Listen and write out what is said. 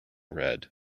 red